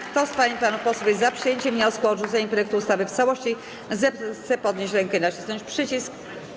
Kto z pań i panów posłów jest za przyjęciem wniosku o odrzucenie projektu ustawy w całości, zechce podnieść rękę i nacisnąć przycisk.